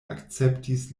akceptis